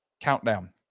countdown